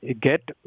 get